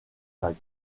vague